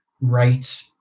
right